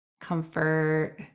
comfort